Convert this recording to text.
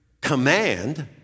command